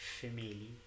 family